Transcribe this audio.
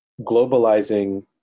globalizing